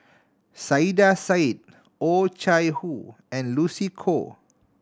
Saiedah Said Oh Chai Hoo and Lucy Koh